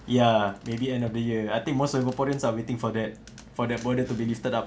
ya maybe end of the year I think most singaporeans are waiting for that for that border to be lifted up